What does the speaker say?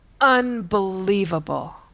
unbelievable